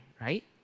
right